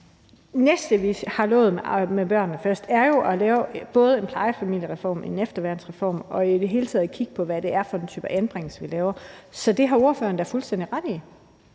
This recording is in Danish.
næste, vi har lovet med »Børnene først«, er jo både at lave en plejefamiliereform, en efterværnsreform og i det hele taget at kigge på, hvad det er for en type anbringelse, vi laver. Så det har ordføreren da fuldstændig ret i.